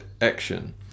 action